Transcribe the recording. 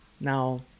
Now